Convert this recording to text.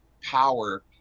power